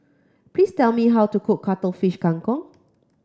please tell me how to cook Cuttlefish Kang Kong